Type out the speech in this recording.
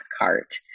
cart